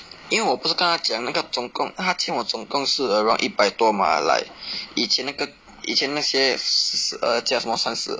因为我不是跟她讲那个总共她欠我总共是 around 一百多 mah like 以前那个股以前那些四十二加什么三十